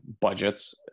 budgets